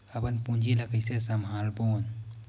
अपन पूंजी ला कइसे संभालबोन?